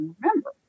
remember